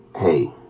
hey